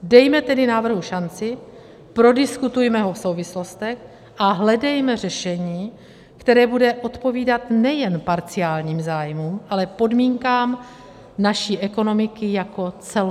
Dejme tedy návrhu šanci, prodiskutujme ho v souvislostech a hledejme řešení, které bude odpovídat nejen parciálním zájmům, ale podmínkám naší ekonomiky jako celku.